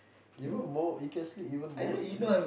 even more you can sleep even more you know